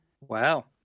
wow